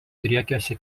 driekiasi